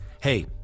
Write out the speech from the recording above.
hey